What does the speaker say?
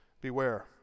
beware